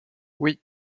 oui